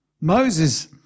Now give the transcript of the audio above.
Moses